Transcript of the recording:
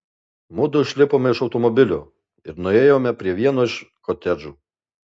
mudu išlipome iš automobilio ir nuėjome prie vieno iš kotedžų